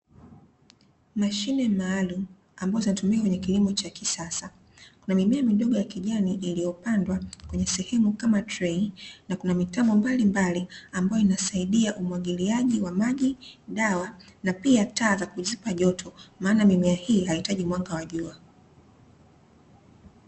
Mashine maalumu ambazo zinatumika katika kilimo cha kisasa, kuna mimea ya kijani iliyopandwa kwenye sehemu kama treii na kuna mitambo mbalimbali, ambayo inasaidia umwagiliaji wa maji dawa pia taa za kuzipa joto maana mimea hii haitaji mwanga wa jua.